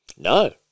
No